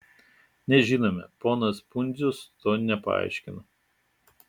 nežinome ponas pundzius to nepaaiškina